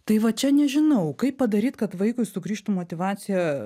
tai va čia nežinau kaip padaryt kad vaikui sugrįžtų motyvacija